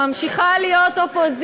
והרשימה המשותפת.